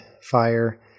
fire